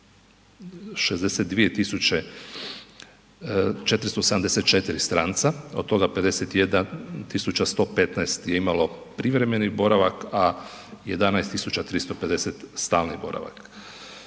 62474 stranca, od toga 51115 je imalo privremeni boravak, a 11350 stalni boravak.